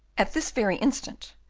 at this very instant,